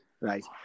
Right